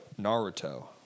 Naruto